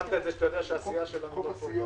חשבנו אולי בתוך הקופסה הזאת.